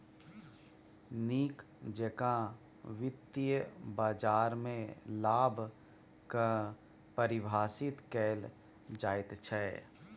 नीक जेकां वित्तीय बाजारमे लाभ कऽ परिभाषित कैल जाइत छै